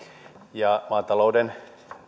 ja maatalouden